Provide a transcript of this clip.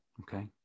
okay